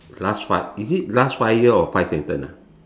last five is it last five year or five sentence ah